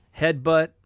headbutt